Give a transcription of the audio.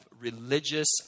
religious